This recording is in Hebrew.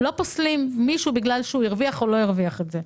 לא פוסלים מישהו בגלל שהוא הרוויח או לא הרוויח את זה.